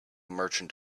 merchant